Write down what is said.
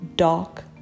dark